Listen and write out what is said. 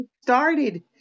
started